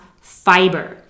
fiber